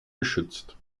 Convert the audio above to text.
geschützt